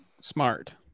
smart